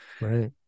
right